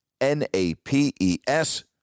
N-A-P-E-S